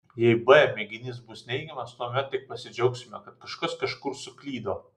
jei b mėginys bus neigiamas tuomet tik pasidžiaugsime kad kažkas kažkur suklydo